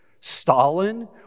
Stalin